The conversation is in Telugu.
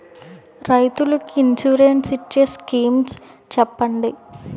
రైతులు కి ఇన్సురెన్స్ ఇచ్చే స్కీమ్స్ చెప్పండి?